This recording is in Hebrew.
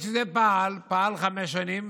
אחרי שזה פעל חמש שנים